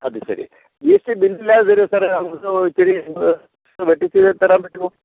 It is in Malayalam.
അത് ശരി ജി എസ് ടി ബില്ലില്ലാതെ തരുമോ സാറേ നമുക്ക് ഇത്തിരി വെട്ടിച്ച് തരാൻ പറ്റുമോ